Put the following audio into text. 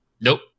Nope